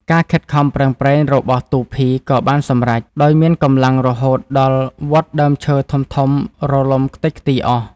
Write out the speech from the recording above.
ការខិតខំប្រឹងប្រែង របស់ទូភី ក៏បានសម្រេច ដោយមានកម្លាំងរហូតដល់វ័ធដើមឈើធំៗរលំខ្ទេចខ្ទីរអស់។